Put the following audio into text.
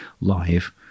live